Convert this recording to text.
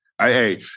hey